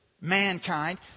mankind